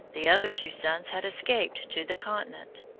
the other two sons had escaped to the continent.